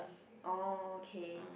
oh okay